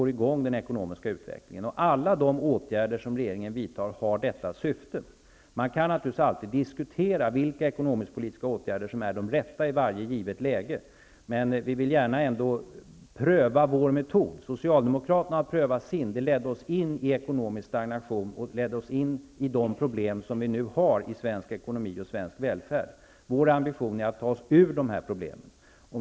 Alla de åtgärder som regeringen vidtar har detta syfte. Det går alltid att diskutera vilka ekonomisk-politiska åtgärder som är de rätta i varje givet läge. Men vi vill pröva vår metod. Socialdemokraterna prövade sin, och det ledde Sverige in i ekonomisk stagnation och in i de problem som nu finns i svensk ekonomi och välfärd. Vår ambition är att lösa dessa problem.